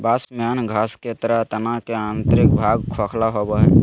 बाँस में अन्य घास के तरह तना के आंतरिक भाग खोखला होबो हइ